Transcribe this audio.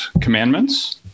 commandments